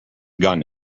gun